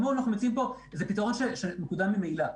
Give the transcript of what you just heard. זה פתרון שמקודם ממילא,